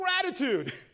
gratitude